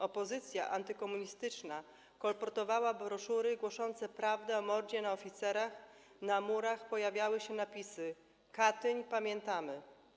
Opozycja antykomunistyczna kolportowała broszury głoszące prawdę o mordzie na oficerach, na murach pojawiały się napisy: Katyń - pamiętamy.